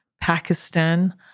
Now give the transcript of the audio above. Pakistan